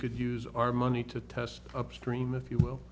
could use our money to test upstream if you will